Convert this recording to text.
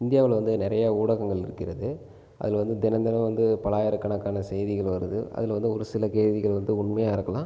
இந்தியாவில் வந்து நிறைய ஊடகங்கள் இருக்கிறது அதில் வந்து தினம் தினம் வந்து பல்லாயிர கணக்கான செய்திகள் வருது அதில் வந்து ஒரு சில செய்திகள் வந்து உண்மையாக இருக்கலாம்